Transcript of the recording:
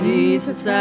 Jesus